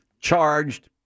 charged